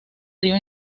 río